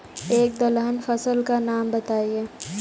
एक दलहन फसल का नाम बताइये